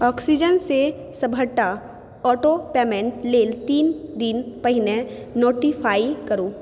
oxygen सँ सबटा auto payment लेल तीन दिन पहिने नोटिफाइ करू